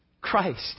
Christ